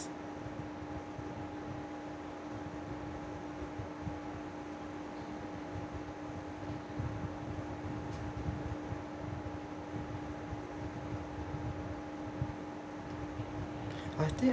I think